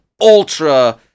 ultra